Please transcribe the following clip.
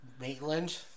Maitland